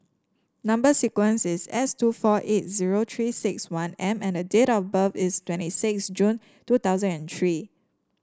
number sequence is S two four eight zero Three six one M and date of birth is twenty six June two thousand and three